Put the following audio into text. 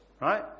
right